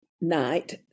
night